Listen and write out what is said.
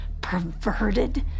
perverted